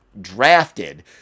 drafted